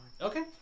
Okay